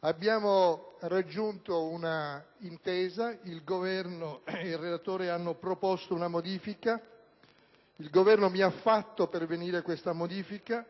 abbiamo raggiunto un'intesa. Il Governo e il relatore hanno proposto una modifica e il Governo mi ha fatto pervenire questa modifica